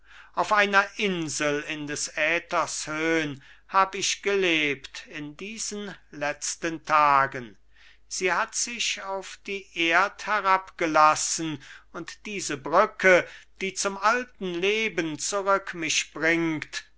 auf einer insel in des äthers höhn hab ich gelebt in diesen letzten tagen sie hat sich auf die erd herabgelassen und diese brücke die zum alten leben zurück mich bringt